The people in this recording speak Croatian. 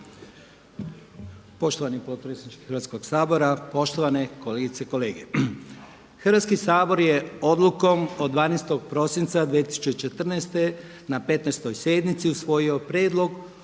Poštovani potpredsjedniče Hrvatskog sabora, poštovane kolegice i kolege. Hrvatski sabor je odlukom od 12. prosinca 2014. na 15. sjednici usvojio Prijedlog